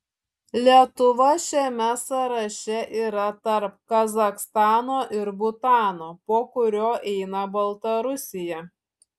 lietuva šiame sąraše yra tarp kazachstano ir butano po kurio eina baltarusija